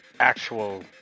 actual